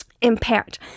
impaired